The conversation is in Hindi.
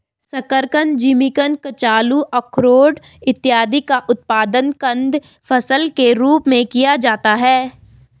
शकरकंद, जिमीकंद, कचालू, आरारोट इत्यादि का उत्पादन कंद फसल के रूप में किया जाता है